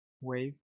wave